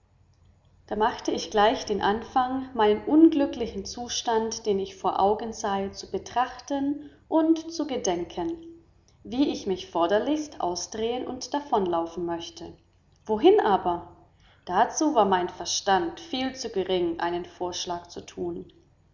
da machte ich gleich den anfang meinen unglücklichen zustand den ich vor augen sahe zu betrachten und zu gedenken wie ich mich forderlichst ausdrehen und davonlaufen möchte wohin aber dazu war mein verstand viel zu gering einen vorschlag zu tun